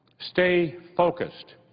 stay focused.